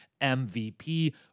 MVP